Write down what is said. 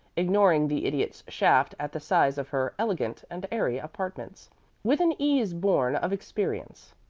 ignoring the idiot's shaft at the size of her elegant and airy apartments with an ease born of experience.